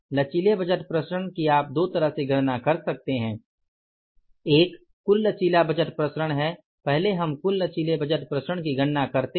लचीले बजट प्रसरण की आप दो तरह से गणना कर सकते हैं एक कुल लचीला बजट प्रसरण है पहले हम कुल लचीले बजट प्रसरण की गणना करते हैं